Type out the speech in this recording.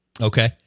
Okay